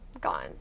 gone